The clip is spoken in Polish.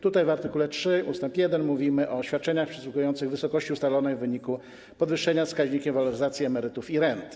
Tutaj w art. 3 ust. 1 mówi się o świadczeniach przysługujących w wysokości ustalonej w wyniku podwyższenia wskaźnikiem waloryzacji emerytur i rent.